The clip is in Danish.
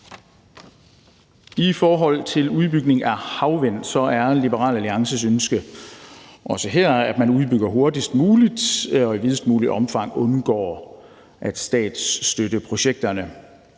I forhold til udbygningen af havvind er Liberal Alliances ønske også her, at man udbygger hurtigst muligt og i videst muligt omfang undgår at statsstøtte projekterne.